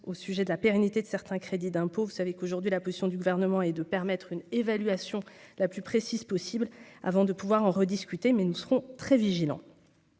au sujet de la pérennité de certains crédits d'impôt, vous savez qu'aujourd'hui la position du gouvernement est de permettre une évaluation la plus précise possible avant de pouvoir en rediscuter mais nous serons très vigilants